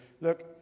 Look